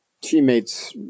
teammates